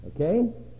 Okay